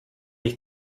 ich